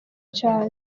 cyane